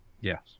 Yes